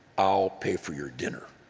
i'll pay for your dinner.